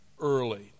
early